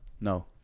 No